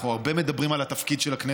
אנחנו מדברים הרבה על התפקיד של הכנסת